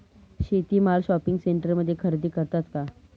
शेती माल शॉपिंग सेंटरमध्ये खरेदी करतात का?